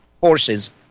horses